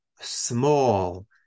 small